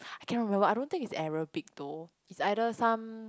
I cannot remember I don't think is error big though is either some